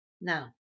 now